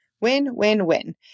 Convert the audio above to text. win-win-win